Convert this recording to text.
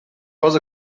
was